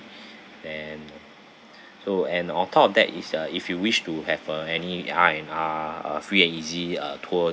and the so and on top of that is uh if you wish to have uh any R and R uh free and easy uh tour